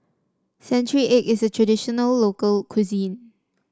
Century Egg is a traditional local cuisine